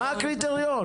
מה הקריטריון?